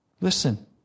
Listen